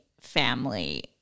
family